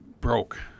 broke